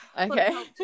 Okay